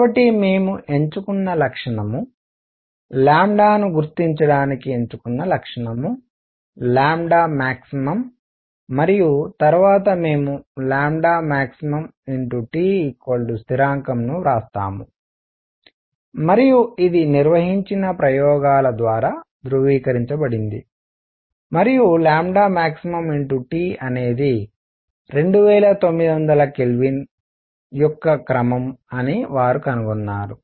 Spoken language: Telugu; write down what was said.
కాబట్టి మేము ఎంచుకున్న లక్షణం ను గుర్తించడానికి ఎంచుకున్న లక్షణం max మరియు తరువాత మేము maxTస్థిరాంకం ను వ్రాస్తాము మరియు ఇది నిర్వహించిన ప్రయోగాల ద్వారా ధృవీకరించబడింది మరియు maxTఅనేది 2900 K యొక్క క్రమం అని వారు కనుగొన్నారు